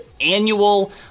annual